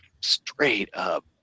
straight-up